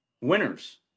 winners